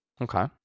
Okay